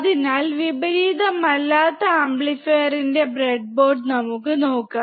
അതിനാൽ വിപരീതമല്ലാത്ത ആംപ്ലിഫയറിന്റെ ബ്രെഡ്ബോർഡ് നമുക്ക് നോക്കാം